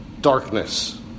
darkness